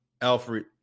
Alfred